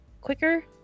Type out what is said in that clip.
quicker